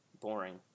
boring